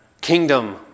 kingdom